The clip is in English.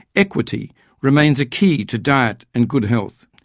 equity remains a key to diet and good health.